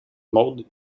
mode